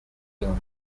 films